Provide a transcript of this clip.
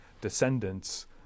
descendants